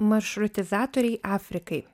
maršrutizatoriai afrikai